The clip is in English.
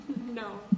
No